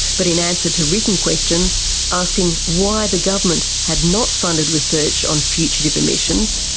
but in answer to written questions asking why the government had not funded research on fugitive emissions,